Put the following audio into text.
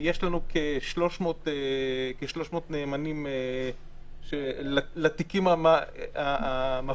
כ-300 נאמנים לתיקים האלה.